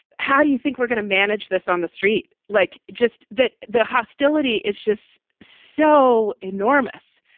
how do you think we're going to manage this on the street? like, just that the hostility is just so enormous.